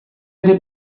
ere